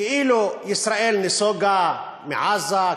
כאילו ישראל נסוגה מעזה,